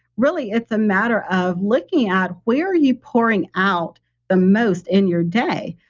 really, it's a matter of looking at where you pouring out the most in your day,